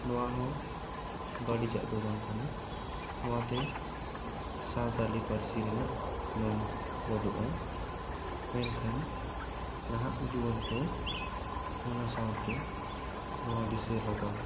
ᱱᱚᱣᱟ ᱦᱚ ᱵᱟᱹᱲᱤᱡᱟᱜ ᱫᱚ ᱵᱟᱝ ᱠᱟᱱᱟ ᱱᱚᱣᱟ ᱛᱮ ᱥᱟᱱᱛᱟᱲᱤ ᱯᱟᱹᱨᱥᱤ ᱨᱮᱱᱟᱜ ᱢᱟᱹᱱ ᱵᱟᱹᱰᱩᱜᱼᱟ ᱢᱮᱱᱠᱷᱟᱱ ᱱᱟᱦᱟᱜ ᱡᱩᱣᱟᱱ ᱠᱚ ᱚᱱᱟ ᱥᱟᱶᱛᱮ ᱱᱚᱣᱟ ᱫᱤᱥᱟᱹ ᱞᱟᱜᱟᱣ